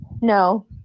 No